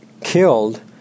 killed